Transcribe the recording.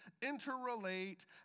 interrelate